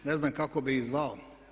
Ne znam kako bih ih zvao.